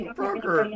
broker